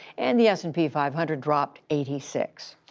and the s and p five hundred dropped eighty six.